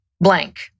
blank